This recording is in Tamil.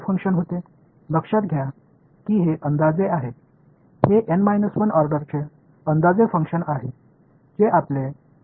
இது வரிசை N 1 இன் தோராயமாகும் இது நாம் முன்பு வைத்திருந்த ஃபங்ஷன் மற்றும் இந்த N ஐ இங்கே வைப்போம்